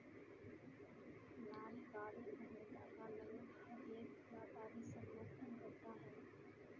नारीवादी उद्यमिता का लगभग हर एक व्यापारी समर्थन करता है